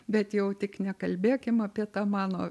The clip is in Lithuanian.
bet jau tik nekalbėkim apie tą mano